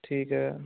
ਠੀਕ ਹੈ